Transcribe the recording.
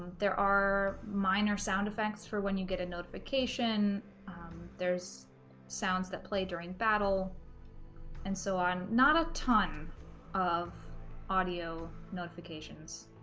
there are minor sound effects for when you get a notification there's sounds that play during battle and so on not a ton of audio notifications